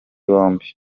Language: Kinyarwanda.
bombi